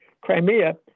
Crimea